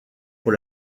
pour